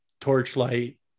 torchlight